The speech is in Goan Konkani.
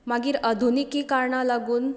मागीर आधुनिकी कारणा लागून